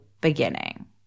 beginning